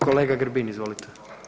Kolega Grbin, izvolite.